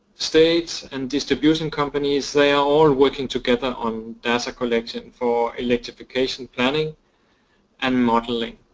state and distribution companies they are all working together on data collection for electrification planning and modeling.